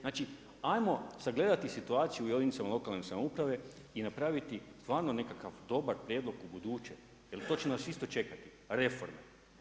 Znači ajmo sagledati situaciju u jedinicama lokalne samouprave i napraviti stvarno nekakav dobar prijedlog ubuduće jer to će nas isto čekati, reforme.